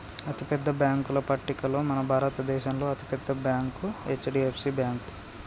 అతిపెద్ద బ్యేంకుల పట్టికలో మన భారతదేశంలో అతి పెద్ద బ్యాంక్ హెచ్.డి.ఎఫ్.సి బ్యేంకు